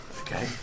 Okay